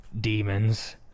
demons